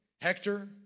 Hector